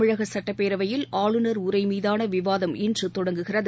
தமிழகசட்டப்பேரவையில் ஆளுநர் உரைமீதானவிவாதம் இன்றுதொடங்குகிறது